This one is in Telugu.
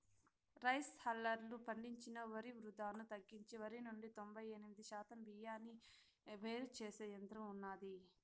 రైస్ హల్లర్లు పండించిన వరి వృధాను తగ్గించి వరి నుండి తొంబై ఎనిమిది శాతం బియ్యాన్ని వేరు చేసే యంత్రం ఉన్నాది